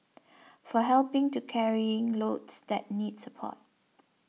for helping to carrying loads that need support